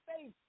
Faith